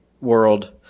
world